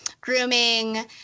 grooming